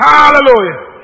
Hallelujah